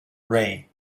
ray